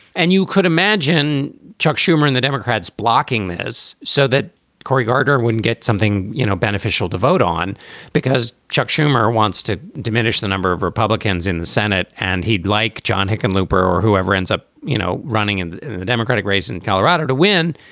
and you could imagine chuck schumer and the democrats blocking this so that cory gardner wouldn't get something, you know, beneficial to vote on because chuck schumer wants to diminish the number of republicans in the senate and he'd like john hickenlooper or whoever ends up, you know, running in in the democratic race in colorado to win.